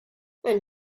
and